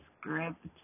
script